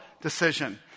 decision